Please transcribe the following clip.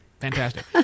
fantastic